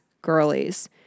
girlies